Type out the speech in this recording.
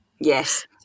Yes